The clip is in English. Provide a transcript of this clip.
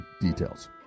details